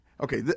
Okay